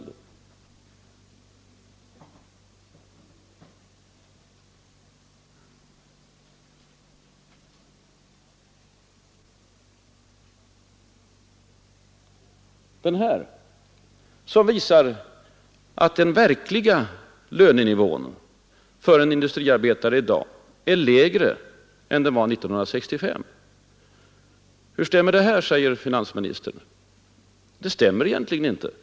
Den verkliga lönenivån för en industriarbetare blir då i dag lägre än den var 1965. Hur stämmer detta, undrar finansministern. Det stämmer egentligen inte alls.